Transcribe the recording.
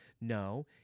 No